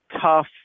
tough